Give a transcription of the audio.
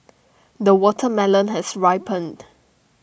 the watermelon has ripened